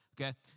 Okay